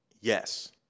Yes